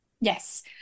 Yes